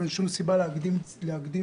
ואין שום סיבה להקדים דיון,